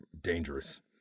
dangerous